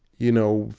you know,